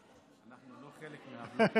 לא חלק מהבלוק.